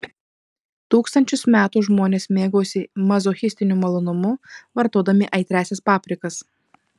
tūkstančius metų žmonės mėgaujasi mazochistiniu malonumu vartodami aitriąsias paprikas